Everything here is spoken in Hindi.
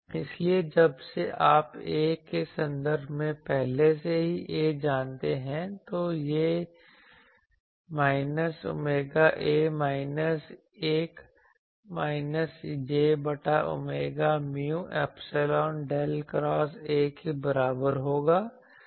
इसलिए जब से आप A के संदर्भ में पहले से ही a जानते हैं तो यह minus j omega A minus 1 minus j बटा omega mu epsilon del cross A के बराबर होगा